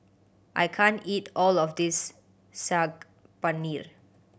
I can't eat all of this Saag Paneer